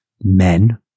men